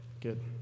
Good